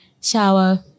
shower